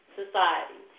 society